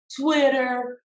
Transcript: Twitter